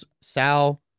Sal